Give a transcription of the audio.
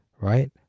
right